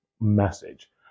message